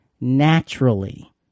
naturally